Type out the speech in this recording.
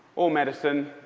or medicine.